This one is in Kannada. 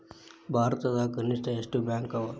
ಭಾರತದಾಗ ಕನಿಷ್ಠ ಎಷ್ಟ್ ಬ್ಯಾಂಕ್ ಅವ?